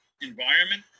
environment